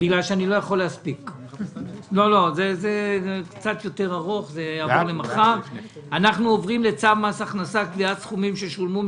הישיבה ננעלה בשעה 13:20.